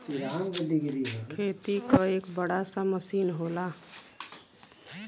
खेती क एक बड़ा सा मसीन होला